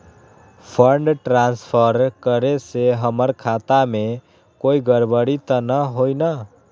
Fund transfer करे से हमर खाता में कोई गड़बड़ी त न होई न?